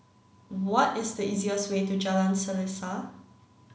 what is the easiest way to Jalan Selaseh